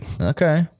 Okay